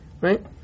Right